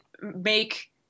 make